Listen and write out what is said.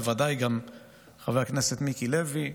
בוודאי גם חבר הכנסת מיקי לוי,